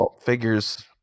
figures